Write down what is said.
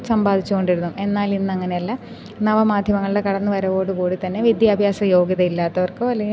സമ്പാദിച്ചു കൊണ്ടിരുന്നതും എന്നാൽ ഇന്നങ്ങനെയല്ല നവമാധ്യമങ്ങളുടെ കടന്നു വരവോടു കൂടി തന്നെ വിദ്യാഭ്യാസ യോഗ്യത ഇല്ലാത്തവർക്കോ അല്ലെങ്കിൽ